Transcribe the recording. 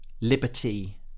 liberty